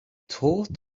thought